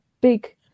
big